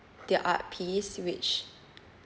their art piece which